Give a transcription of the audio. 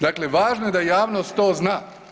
Dakle, važno je da javnost to zna.